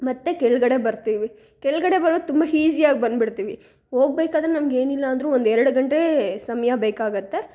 ಮತ್ತೆ ಕೆಳಗಡೆ ಬರ್ತೀವಿ ಕೆಳಗಡೆ ಬರೋದು ತುಂಬ ಹೀಝಿಯಾಗಿ ಬಂದುಬಿಡ್ತೀವಿ ಹೋಗ್ಬೇಕಾದ್ರೆ ನಮ್ಗೆ ಏನಿಲ್ಲ ಅಂದ್ರೂ ಒಂದೆರಡು ಗಂಟೆ ಸಮಯ ಬೇಕಾಗುತ್ತೆ